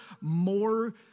more